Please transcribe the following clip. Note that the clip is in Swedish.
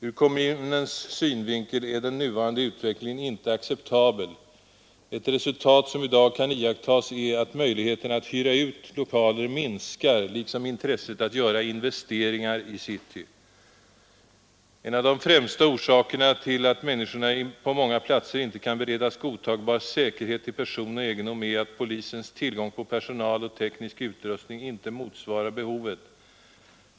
Ur kommunens synvinkel är den nuvarande utvecklingen inte acceptabel. Ett resultat som i dag kan iakttagas är att möjligheterna att hyra ut lokaler minskar, liksom intresset att göra investeringar i city. En av de främsta orsakerna till att människorna på många platser inte kan beredas godtagbar säkerhet till person och egendom är att polisens tillgång på personal och teknisk utrustning inte motsvarar behovet.